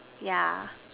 yeah